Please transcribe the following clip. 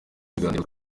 biganiro